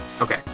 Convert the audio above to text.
Okay